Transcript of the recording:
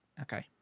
Okay